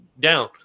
down